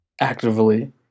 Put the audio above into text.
Actively